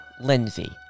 Lindsay